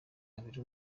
babiri